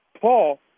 Paul